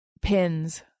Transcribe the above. pins